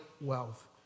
wealth